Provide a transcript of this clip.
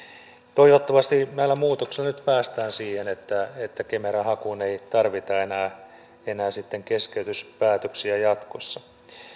toivottavasti näillä muutoksilla nyt päästään siihen että että kemera hakuun ei tarvita enää enää sitten keskeytyspäätöksiä jatkossa